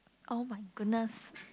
oh-my-goodness